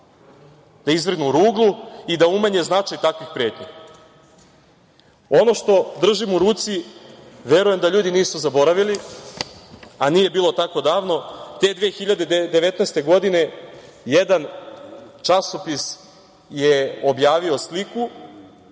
da izvrgnu ruglu i da umanje značaj takvih pretnji. Ono što držim u ruci, verujem da ljudi nisu zaboravili, a nije bilo tako davno, te 2019. godine jedan časopis je objavio sliku